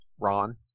Ron